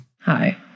Hi